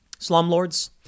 Slumlords